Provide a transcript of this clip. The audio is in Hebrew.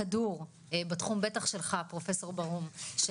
הכדור בתחום בטח שלך פרופסור ברהום של